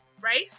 right